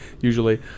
Usually